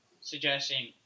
suggesting